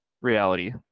reality